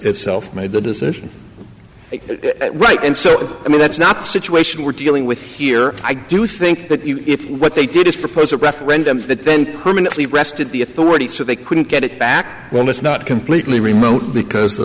itself made the decision right and so i mean that's not the situation we're dealing with here i do think that if what they did is propose a referendum that then permanently rested the authority so they couldn't get it back when it's not completely removed because the